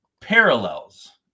parallels